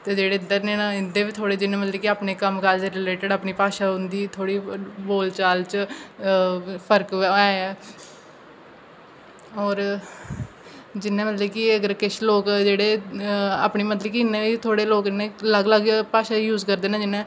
ते जेह्ड़े इद्धर दे न इं'दे बी थोह्ड़े जि'यां मतलब अपने कम्म काज दे रिलेटिड अपनी भाशा उं'दी थोह्ड़ी बोल चाल च फर्क ऐ होर जि'यां मतलब कि अगर किश लोग जेह्ड़े अपने मतलब कि थोह्ड़े लोग इ'यां अलग अलग भाशा यूज़ करदे न जि'यां